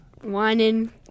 whining